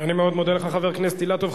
אני מאוד מודה לך, חבר הכנסת אילטוב.